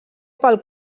pel